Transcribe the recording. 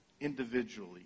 individually